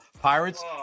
Pirates